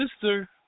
sister